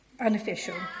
unofficial